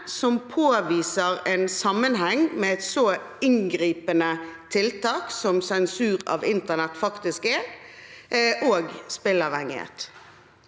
som påviser en sammenheng mellom et så inngripende tiltak som sensur av internett faktisk er, og spilleavhengighet?